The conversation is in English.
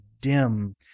dim